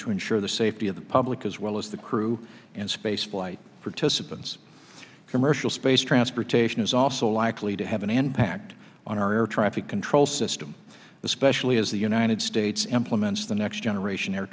to ensure the safety of the public as well as the crew and space flight participants commercial space transportation is also likely to have an end packed on our air traffic control system especially as the united states implements the next generation air